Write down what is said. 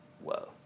Whoa